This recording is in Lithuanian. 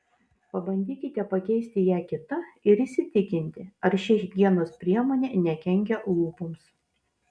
pabandykite pakeisti ją kita ir įsitikinti ar ši higienos priemonė nekenkia lūpoms